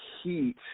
heat